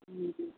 ᱦᱩᱸ